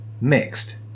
mixed